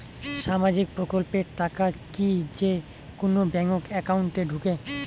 সামাজিক প্রকল্পের টাকা কি যে কুনো ব্যাংক একাউন্টে ঢুকে?